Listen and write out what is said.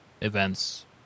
events